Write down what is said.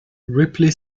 ripley